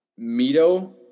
Mito